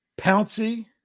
Pouncy